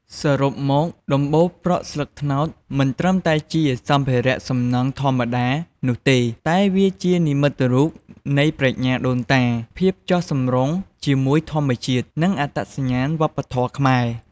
សរុបមក ដំបូលប្រក់ស្លឹកត្នោតមិនត្រឹមតែជាសម្ភារៈសំណង់ធម្មតានោះទេ តែវាជានិមិត្តរូបនៃប្រាជ្ញាដូនតា ភាពចុះសម្រុងជាមួយធម្មជាតិ និងអត្តសញ្ញាណវប្បធម៌ខ្មែរ។